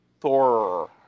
Thor